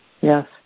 Yes